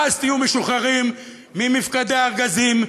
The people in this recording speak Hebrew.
ואז תהיו משוחררים ממפקדי ארגזים,